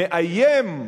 מאיים,